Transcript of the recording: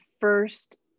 first